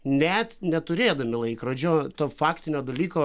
net neturėdami laikrodžio to faktinio dalyko